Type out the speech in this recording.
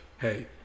hey